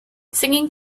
singing